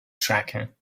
tracker